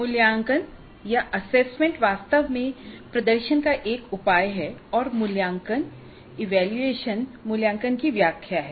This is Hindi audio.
मूल्यांकन असेसमेंट वास्तव में प्रदर्शन का एक उपाय है और मूल्यांकन इवेल्यूएशनमूल्यांकन की व्याख्या है